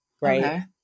right